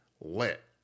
lit